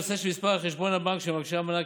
הנושא של מספר חשבון הבנק של מבקשי המענק